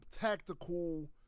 tactical